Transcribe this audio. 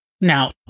Now